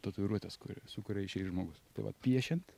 tatuiruotės kuri su kuria išeis žmogus tai vat piešiant